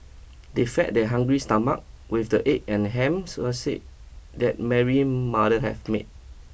they fed their hungry stomach with the egg and ham sandwiches that Mary mother have made